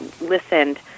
listened